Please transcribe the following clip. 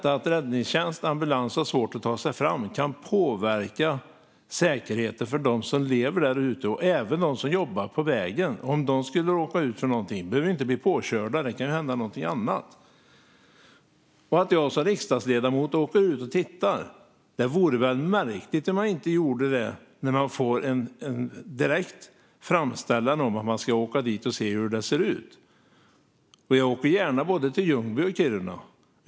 Att räddningstjänst och ambulans har svårt att ta sig fram kan påverka säkerheten för dem som lever där ute - och även för dem som jobbar på vägen, om de skulle råka ut för någonting. De behöver ju inte bli påkörda; det kan hända någonting annat. Sedan vore det väl märkligt om jag som riksdagsledamot inte åkte ut och tittade när jag får en direkt framställan om att åka dit och se hur det ser ut. Jag åker gärna till både Ljungby och Kiruna.